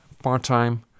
part-time